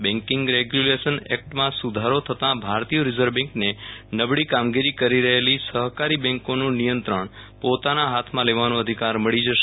banking regulation એકટમાં સુધારો થતા ભારતીય રિઝર્વ બેન્કને નબળી કામગીરી કરી રહેલી સહકારી બેન્કોનું નિયંત્રણ પોતાના હાથમાં લેવાનો અધિકાર મળી જશે